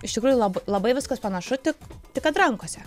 iš tikrųjų lab labai viskas panašu tik tik kad rankose